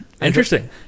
Interesting